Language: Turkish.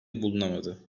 bulunamadı